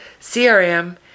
CRM